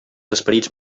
esperits